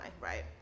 right